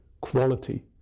quality